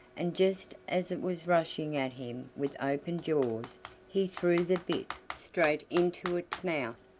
and just as it was rushing at him with open jaws he threw the bit straight into its mouth,